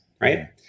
right